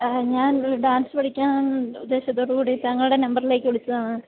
ഞാന് ഒരു ഡാന്സ് പഠിക്കാന് ഉദ്ദേശത്തോട് കൂടി താങ്കളുടെ നമ്പറിലേക്ക് വിളിച്ചതാണ്